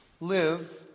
Live